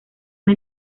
una